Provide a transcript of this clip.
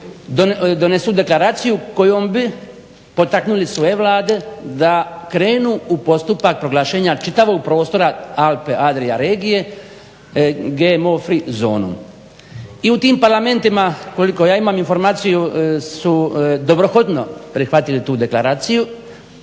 donesu deklaraciju kojom bi potaknuli svoje Vlade da krenu u postupak proglašenja čitavog prostora Alpe-Adrija regije, GMO free zonu. I u tim Parlamentima, koliko ja imam informaciju su dobrohodno prihvatili tu deklaraciju,